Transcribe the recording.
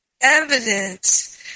evidence